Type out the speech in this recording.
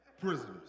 Prisoners